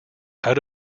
out